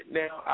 now